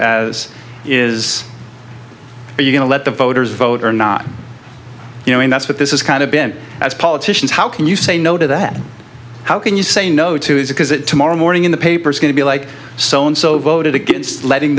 as is are you going to let the voters vote or not you know and that's what this is kind of been as politicians how can you say no to that how can you say no to it because it tomorrow morning in the papers going to be like so and so voted against letting